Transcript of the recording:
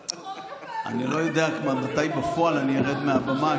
--- אני לא יודע מתי בפועל אני ארד מהבמה,